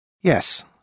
Yes